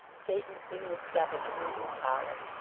cadencing the step of the moving column.